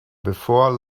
before